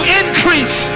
increase